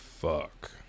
fuck